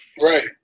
Right